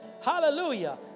Hallelujah